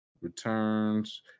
Returns